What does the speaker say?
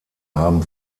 haben